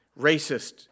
racist